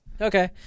Okay